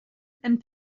and